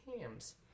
hams